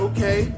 Okay